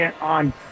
On